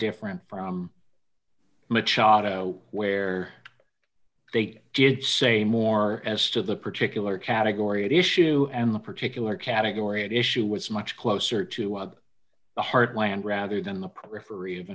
different from machado where they did say more as to the particular category at issue and the particular category at issue was much closer to the heartland rather than the periphery of